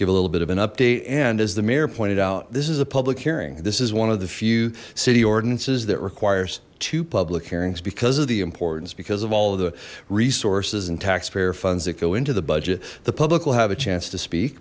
give a little bit of an update and as the mayor pointed out this is a public hearing this is one of the few city ordinances that requires two public hearings because of the importance because of all of the resources and taxpayer funds that go into the budget the public will have a chance to speak